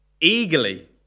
Eagerly